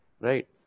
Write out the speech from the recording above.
right